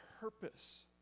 purpose